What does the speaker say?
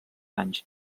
anys